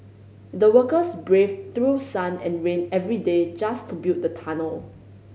the workers braved through sun and rain every day just to build the tunnel